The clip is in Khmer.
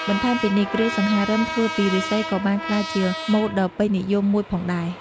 បន្ថែមពីនេះ គ្រឿងសង្ហារឹមធ្វើពីឫស្សីក៏បានក្លាយជាម៉ូដដ៏ពេញនិយមមួយផងដែរ។